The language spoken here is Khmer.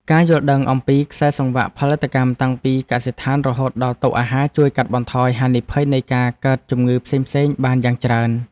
ការយល់ដឹងអំពីខ្សែសង្វាក់ផលិតកម្មតាំងពីកសិដ្ឋានរហូតដល់តុអាហារជួយកាត់បន្ថយហានិភ័យនៃការកើតជំងឺផ្សេងៗបានយ៉ាងច្រើន។